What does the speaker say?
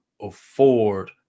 afford